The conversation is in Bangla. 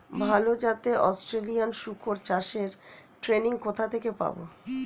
ভালো জাতে অস্ট্রেলিয়ান শুকর চাষের ট্রেনিং কোথা থেকে পাব?